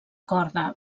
corda